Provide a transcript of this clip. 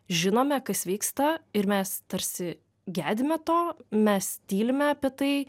žinome kas vyksta ir mes tarsi gedime to mes tylime apie tai